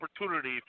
opportunity